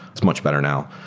it's much better now.